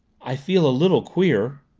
i feel a little queer.